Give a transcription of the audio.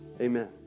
Amen